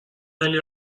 علی